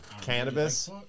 cannabis